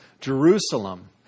Jerusalem